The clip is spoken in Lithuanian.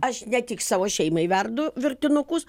aš ne tik savo šeimai verdu virtinukus